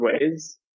ways